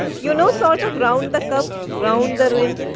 you know sort of round the cup, round the rim.